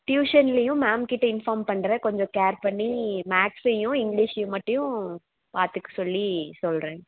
ட்யூஷன்லையும் ma'am கிட்ட inform பண்ணுறேன் கொஞ்சம் கேர் பண்ணி மேக்ஸ்லையும் இங்கிலீஷ்லையும் மட்டும் பார்த்துக்க சொல்லி சொல்கிறேன்